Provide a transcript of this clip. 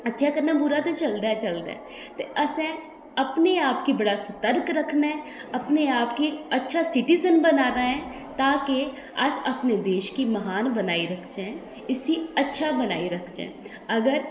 अच्छे कन्नै बुरा ते चलदा गै चलदा ऐ ते असें अपने आप गी बड़ा सतर्क रक्खना ऐ अपने आप गी अच्छा सिटीजन बनाना ऐ तां कि अस अपने देश गी म्हान बनाई रक्खचै इस्सी अच्छा बनाई रक्खचै अगर